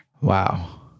Wow